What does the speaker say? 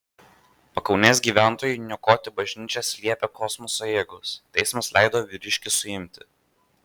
pakaunės gyventojui niokoti bažnyčias liepė kosmoso jėgos teismas leido vyriškį suimti